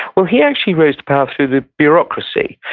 well, he actually rose to power through the bureaucracy.